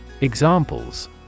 Examples